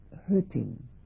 hurting